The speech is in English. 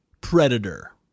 Predator